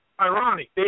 ironic